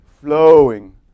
flowing